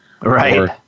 Right